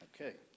Okay